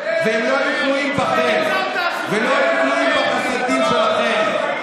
והם לא יהיו תלויים בכם ולא יהיו תלויים בחסדים שלכם,